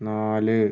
നാല്